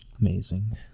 Amazing